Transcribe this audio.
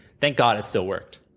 thank god, it still worked,